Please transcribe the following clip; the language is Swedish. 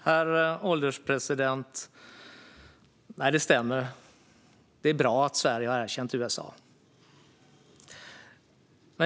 Herr ålderspresident! Det stämmer; det är bra att Sverige har erkänt USA:s roll.